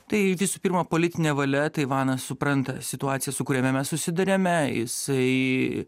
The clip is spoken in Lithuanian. tai visų pirma politinė valia taivanas supranta situaciją su kuria mes susiduriame jisai